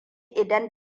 idan